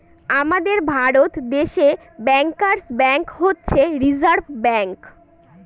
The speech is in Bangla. আমাদের ভারত দেশে ব্যাঙ্কার্স ব্যাঙ্ক হচ্ছে রিসার্ভ ব্যাঙ্ক